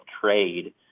Trade